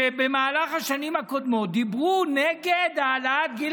שבמהלך השנים הקודמות דיברו נגד העלאת גיל